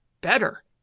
Better